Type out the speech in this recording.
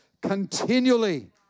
continually